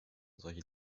solche